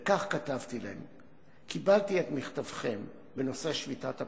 וכך כתבתי להם: "קיבלתי את מכתבכם בנושא שביתת הפרקליטים.